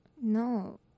No